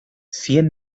cien